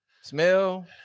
smell